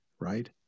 Right